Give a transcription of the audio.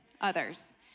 others